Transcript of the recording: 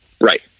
Right